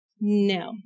No